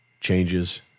changes